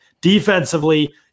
defensively